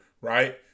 right